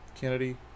Kennedy